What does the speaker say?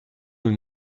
nous